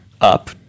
up